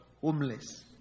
Homeless